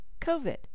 COVID